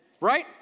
Right